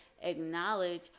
Acknowledge